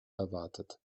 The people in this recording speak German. erwartet